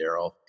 Daryl